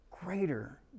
greater